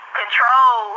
control